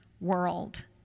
world